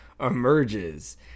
emerges